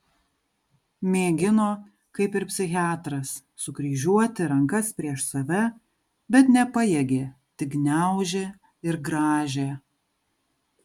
mėgino kaip ir psichiatras sukryžiuoti rankas prieš save bet nepajėgė tik gniaužė ir grąžė